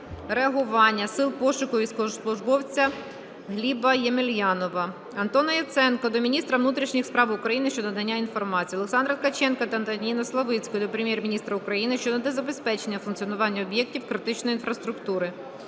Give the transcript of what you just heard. реагування сил пошуку військовослужбовця Гліба Ємельянова. Антона Яценка до міністра внутрішніх справ України щодо надання інформації. Олександра Ткаченка та Антоніни Славицької до Прем'єр-міністра України щодо забезпечення функціонування об'єктів критичної інфраструктури.